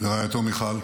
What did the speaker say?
ורעייתו מיכל,